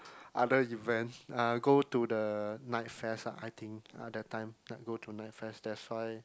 other event uh go to the Night Fest ah I think ah that time go to Night Fest that's why